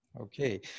Okay